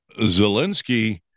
Zelensky